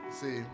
See